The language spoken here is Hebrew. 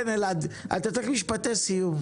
כן, אלעד, אתה צריך משפטי סיום.